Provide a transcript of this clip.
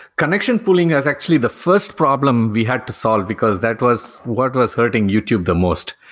connection pooling is actually the first problem we had to solve, because that was what was hurting youtube the most.